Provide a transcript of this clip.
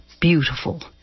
beautiful